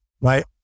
right